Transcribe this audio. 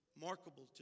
remarkable